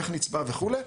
איך נצבע וכולי,